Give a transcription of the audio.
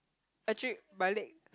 actually my leg